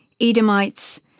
Edomites